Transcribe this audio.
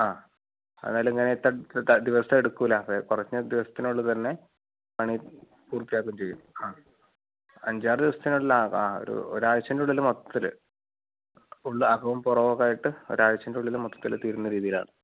ആ അന്നാലിങ്ങനെ തട് ത്ത ദിവസം എടുക്കൂല അതായത് കുറഞ്ഞ ദിവസത്തിനുള്ളിൽ തന്നെ പണി പൂർത്തിയാക്കുവെം ചെയ്യും ആ അഞ്ചാറ് ദിവസത്തിനുള്ളിൽ ആ ആ ഒരു ഒരാഴിച്ചേൻ്റെ ഉള്ളിൽ മൊത്തത്തിൽ ഫുള്ള് അകോവും പുറവും ഒക്കായിട്ട് ഒരാഴിച്ചേൻ്റെ ഉള്ളിൽ മൊത്തത്തിൽ തീരുന്ന രീതിയിലാണ്